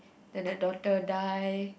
then the daughter die